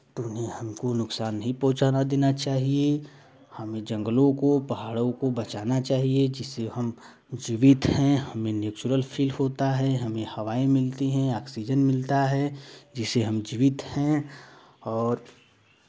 तो उन्हें हमको नुकसान नहीं पहुँचाना देना चाहिए हमें जंगलों को पहाड़ों को बचाना चाहिए जिससे हम जीवित हैं हमें नेचुरल फील होता है हमें हवाएं मिलती है ऑक्सीजन मिलता है जिससे हम जीवित हैं और